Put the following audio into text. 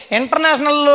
international